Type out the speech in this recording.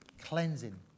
cleansing